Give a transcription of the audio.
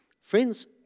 Friends